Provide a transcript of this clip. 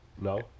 No